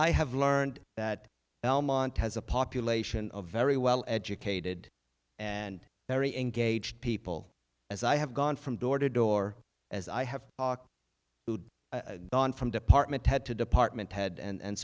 i have learned that belmont has a population of very well educated and very engaged people as i have gone from door to door as i have gone from department head to department head and